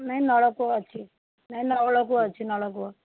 ନାହିଁ ନଳକୂଅ ଅଛି ନାହିଁ ନଳକୂଅ ଅଛି ନଳକୂଅ